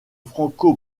franco